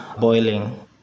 boiling